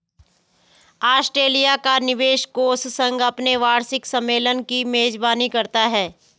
Australia का निवेश कोष संघ अपने वार्षिक सम्मेलन की मेजबानी करता है